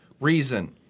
reason